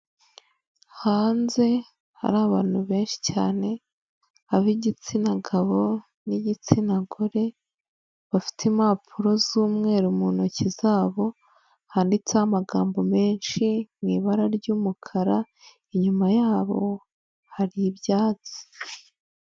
Hanze hari abantu benshi cyane ab'igitsina gabo n'igitsina gore bafite impapuro z'umweru mu ntoki zabo handitseho amagambo menshi mu ibara ry'umukara inyuma yabo hari ibyatsi.